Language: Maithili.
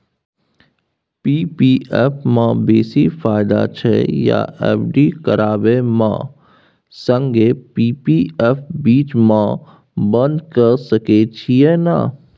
पी.पी एफ म बेसी फायदा छै या एफ.डी करबै म संगे पी.पी एफ बीच म बन्द के सके छियै न?